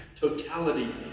totality